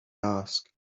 ask